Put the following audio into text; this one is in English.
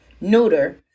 neuter